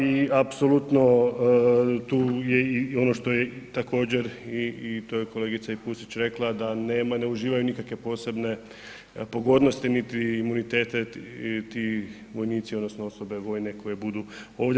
I apsolutno tu je i ono što je također i to je kolegica i Pusić rekla da nema, ne uživaju nikakve posebne pogodnosti niti imunitete ti vojnici odnosno osobe vojne koje budu ovdje.